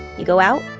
you go out,